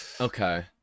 Okay